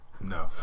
no